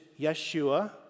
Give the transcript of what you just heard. Yeshua